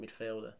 midfielder